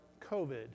COVID